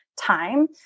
time